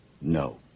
No